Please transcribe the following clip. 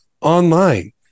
online